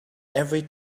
every